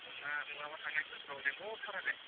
नङा नङाबा थांनाय बोसोराव लिंहरथाराखै